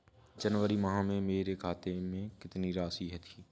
जनवरी माह में मेरे खाते में कितनी राशि थी?